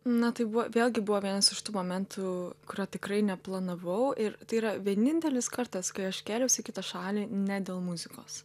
na tai buvo vėlgi buvo vienas iš tų momentų kurio tikrai neplanavau ir tai yra vienintelis kartas kai aš kėliausi į kitą šalį ne dėl muzikos